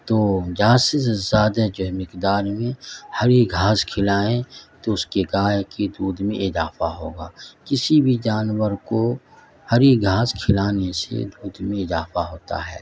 تو زیادہ سے زیادہ مقدار میں ہری گھاس کھلائیں تو اس کے گائے کی دودھ میں اضافہ ہوگا کسی بھی جانور کو ہری گھاس کھلانے سے دودھ میں اضافہ ہوتا ہے